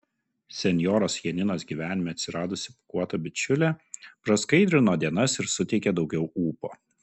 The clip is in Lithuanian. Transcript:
senjoros janinos gyvenime atsiradusi pūkuota bičiulė praskaidrino dienas ir suteikė daugiau ūpo